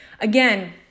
Again